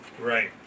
Right